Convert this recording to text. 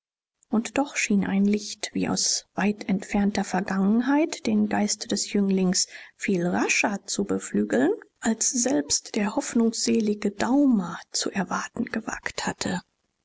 und doch schien ein licht wie aus weit entfernter vergangenheit den geist des jünglings viel rascher zu beflügeln als selbst der hoffnungsselige daumer zu erwarten gewagt hatte